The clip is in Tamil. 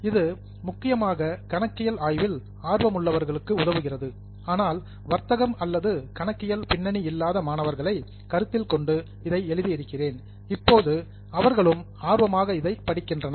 இது முக்கியமாக கணக்கியல் ஆய்வில் ஆர்வமுள்ளவர்களுக்கு உதவுகிறது ஆனால் வர்த்தகம் அல்லது கணக்கியல் பின்னணி இல்லாத மாணவர்களை கருத்தில் கொண்டு இதை எழுதி இருக்கிறேன் இப்போது அவர்களும் ஆர்வமாக இதை படிக்கின்றனர்